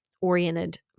oriented